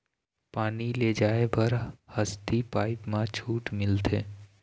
पानी ले जाय बर हसती पाइप मा छूट मिलथे?